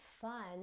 fun